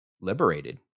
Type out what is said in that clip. liberated